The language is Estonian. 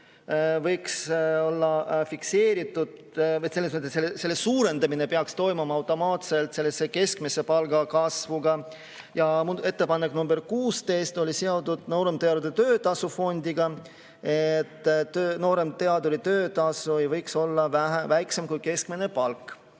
võiks olla fikseeritud, selles mõttes, et selle suurendamine peaks toimuma automaatselt koos keskmise palga kasvuga. Ettepanek nr 16 oli seotud nooremteaduri töötasu fondiga, nooremteaduri töötasu ei võiks olla väiksem kui keskmine palk.